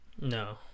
No